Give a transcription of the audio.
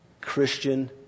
Christian